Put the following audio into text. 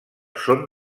son